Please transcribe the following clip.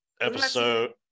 episode